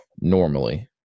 normally